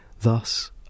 thus